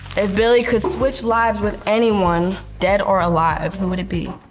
if billie could switch lives with anyone, dead or alive be?